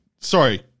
Sorry